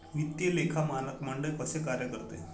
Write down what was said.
वित्तीय लेखा मानक मंडळ कसे कार्य करते?